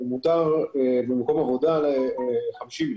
מותר 50 אנשים.